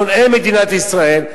שונאי מדינת ישראל,